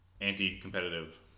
anti-competitive